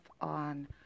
on